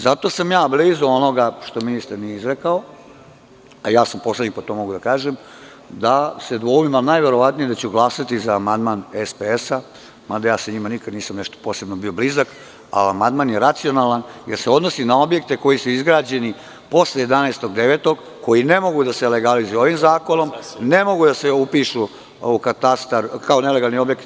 Zato sam ja blizu onoga što ministar nije izrekao, a ja sam poslanik, pa to mogu da kažem, da se dvoumim i najverovatnije da ću glasati za amandman SPS, ali ja sa njima nikada nešto nisam bio posebno blizak, ali amandman je racionalan, jer se odnosi na objekte koji su izgrađeni posle 11. 09. koji ne mogu da se legalizuju ovim zakonom, ne mogu da se upišu u katastar nepokretnosti kao nelegalni objekti.